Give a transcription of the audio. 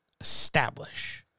establish